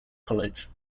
college